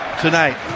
tonight